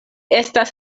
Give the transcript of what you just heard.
estas